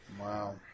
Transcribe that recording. Wow